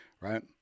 Right